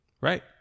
Right